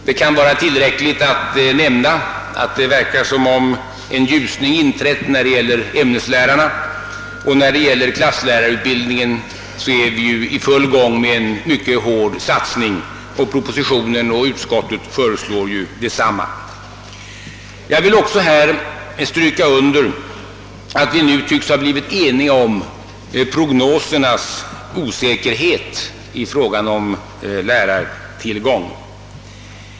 Det kan vara tillräckligt att nämna att det verkar som om en ljusning inträtt när det gäller ämneslärarna och att vi i fråga om klasslärarutbildningen är i full gång med en mycket hård satsning — propositionen och utskottet föreslår detsamma. Jag vill också här stryka under att vi nu tycks ha blivit eniga om prognosernas osäkerhet i fråga om lärartillgång.